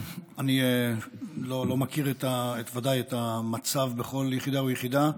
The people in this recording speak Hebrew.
אני לא מכיר, ודאי, את המצב בכל יחידה ויחידה.